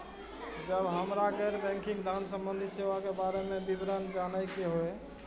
जब हमरा गैर बैंकिंग धान संबंधी सेवा के बारे में विवरण जानय के होय?